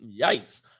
Yikes